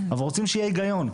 אבל רוצים שיהיה היגיון.